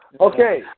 Okay